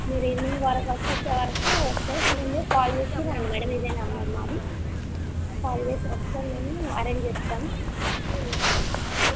మీరు ఈవినింగ్ వరకు వచ్చేసే వరకు వస్తాయి ముందే కాల్ చేసి రండి మ్యాడమ్ ఇదే నెంబర్ మాది కాల్ చేసి వస్తే మేము అరెంజ్ చేస్తాం మీరు తీసుకెళ్ళొచ్చు